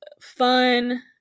Fun